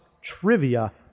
trivia